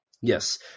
Yes